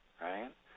right